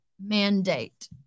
mandate